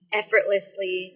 effortlessly